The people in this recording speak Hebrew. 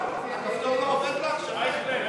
הכפתור לא עובד לך, שרן?